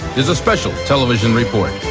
there's a special television report.